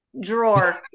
drawer